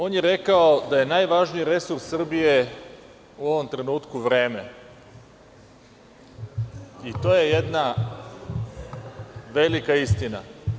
On je rekao da je najvažniji resurs Srbije u ovom trenutku vreme i to je jedna velika istina.